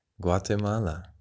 Guatemala